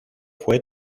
fue